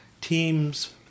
teams